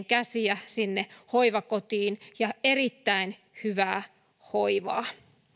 käsiä hoivakotiin ja erittäin hyvää hoivaa